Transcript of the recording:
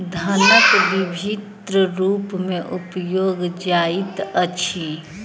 धनक विभिन्न रूप में उपयोग जाइत अछि